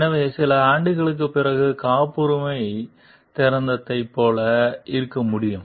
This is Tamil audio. எனவே சில ஆண்டுகளுக்குப் பிறகு காப்புரிமை திறந்ததைப் போல இருக்க முடியும்